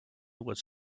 was